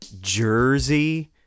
Jersey